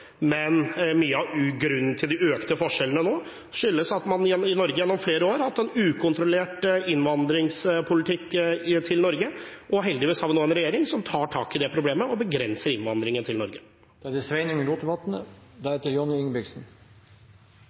Men mye av grunnen til de økte forskjellene nå er at man i Norge gjennom flere år har hatt en ukontrollert innvandringspolitikk, men heldigvis har vi nå en regjering som tar tak i det problemet og begrenser innvandringen til Norge. Representanten Wiborg sa i sitt svar til representanten Christoffersen at pensjon er